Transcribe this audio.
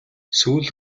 сүүл